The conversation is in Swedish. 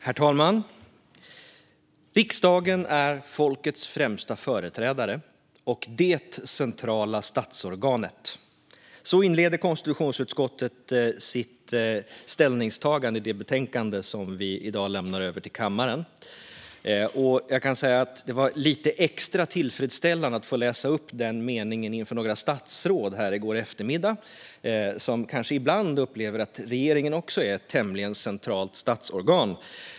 Herr talman! "Riksdagen är folkets främsta företrädare och därmed det centrala statsorganet." Så inleder konstitutionsutskottet sitt ställningstagande i det betänkande som vi i dag lämnar över till kammaren. Det var lite extra tillfredsställande att i går eftermiddag få läsa upp den meningen inför några statsråd, som kanske ibland upplever att regeringen också är ett tämligen centralt statsorgan.